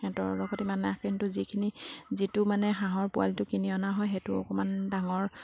সিহঁতৰ লগত ইমান নালাগে কিন্তু যিখিনি যিটো মানে হাঁহৰ পোৱালিটো কিনি অনা হয় সেইটো অকণমান ডাঙৰ